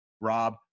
Rob